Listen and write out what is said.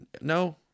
No